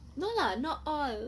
no lah not all